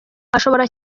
ashobora